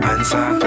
Answer